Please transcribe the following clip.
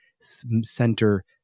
center